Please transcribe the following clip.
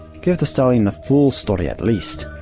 give the stallion the full story at least.